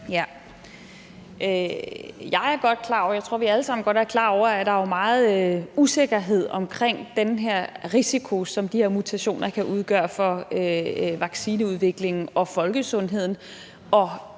sammen godt er klar over, at der er meget usikkerhed om den her risiko, som de her mutationer kan udgøre for vaccineudviklingen og folkesundheden